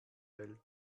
welt